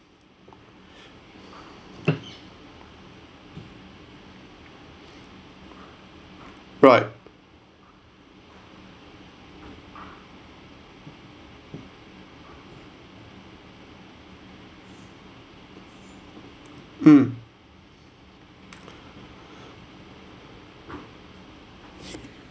right mm